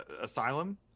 asylum